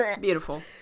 beautiful